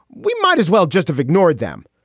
we might as well just have ignored them.